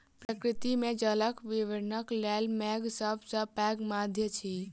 प्रकृति मे जलक वितरणक लेल मेघ सभ सॅ पैघ माध्यम अछि